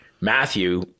Matthew